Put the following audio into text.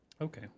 Okay